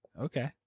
okay